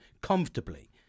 comfortably